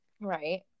Right